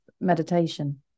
meditation